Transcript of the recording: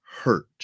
hurt